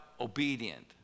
obedient